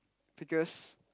because